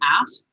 ask